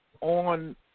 on